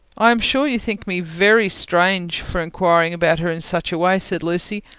i am sure you think me very strange, for enquiring about her in such a way, said lucy,